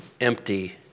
empty